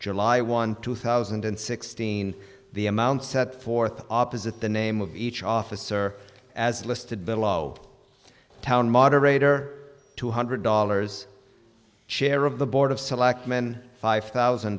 july one two thousand and sixteen the amount set forth opposite the name of each officer as listed below town moderator two hundred dollars chair of the board of selectmen five thousand